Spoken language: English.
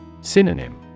Synonym